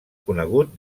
conegut